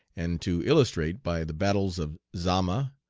and to illustrate by the battles of zama,